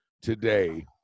today